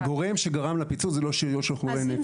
הגורם שגרם לפיצוץ זה לא שאריות של חומרי נפץ בקרקע.